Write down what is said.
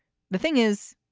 the thing is,